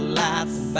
lights